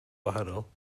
wahanol